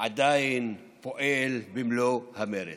עדיין פועל במלוא המרץ.